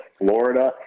Florida